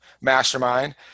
mastermind